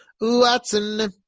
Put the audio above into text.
Watson